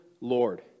Lord